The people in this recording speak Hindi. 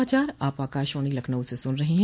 यह समाचार आप आकाशवाणी लखनऊ से सुन रहे हैं